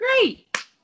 Great